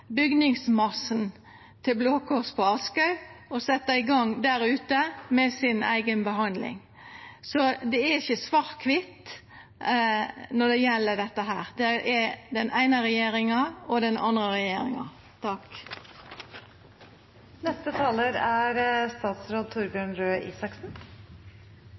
bygningsmassen til Blå Kors og setja i gang der ute med si eiga behandling. Det er ikkje svart-kvitt korkje når det gjeld den eine regjeringa eller den andre regjeringa. I dag har vi fire modeller for tiltak: Det er